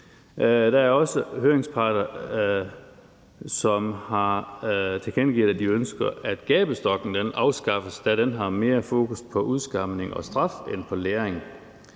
Der er også høringsparter, som har tilkendegivet, at de ønsker, at gabestokken afskaffes, da den har mere fokus på udskamning og straf end på læring.